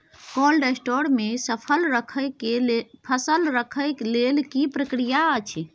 Cold store मे फसल रखय लेल की प्रक्रिया अछि?